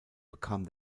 bekam